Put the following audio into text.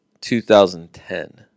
2010